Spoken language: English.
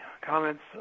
comments